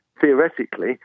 Theoretically